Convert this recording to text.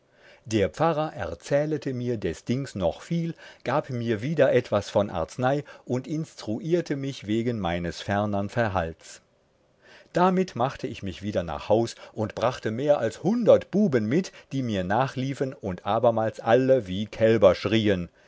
der pfarrer erzählte mir des dings noch viel gab mir wieder etwas von arznei und instruierte mich wegen meines fernern verhalts damit machte ich mich wieder nach haus und brachte mehr als hundert buben mit die mir nachliefen und abermals alle wie kälber schrieen